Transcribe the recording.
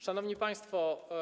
Szanowni Państwo!